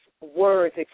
words